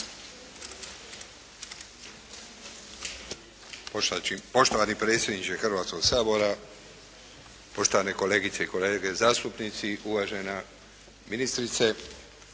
potpredsjedniče Hrvatskog sabora, poštovane kolegice i kolege zastupnici, uvažena gospođo ministrice.